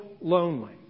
lonely